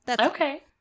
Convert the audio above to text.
Okay